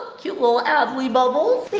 cute little adley bubbles!